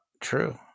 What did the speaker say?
true